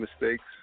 mistakes